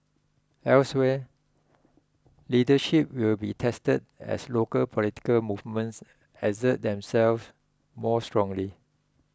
elsewhere leadership will be tested as local political movements assert themselves more strongly